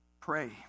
Pray